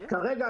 כרגע,